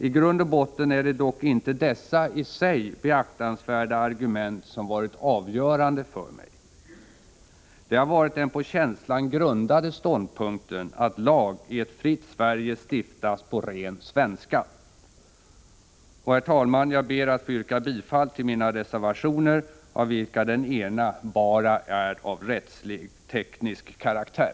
I grund och botten är det dock icke dessa i sig beaktansvärda argument som varit avgörande för mig. Det har varit den på känslan grundade ståndpunkten att lag i ett fritt Sverige stiftas på ren svenska. Herr talman! Jag ber att få yrka bifall till mina reservationer, av vilka den ena bara är av teknisk karaktär.